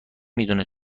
میدونه